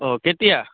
অঁ কেতিয়া